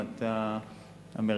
אם אתה אמריקני,